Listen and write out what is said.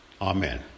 amen